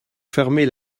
fermer